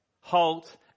halt